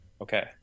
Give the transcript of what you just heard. okay